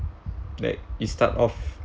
like you start of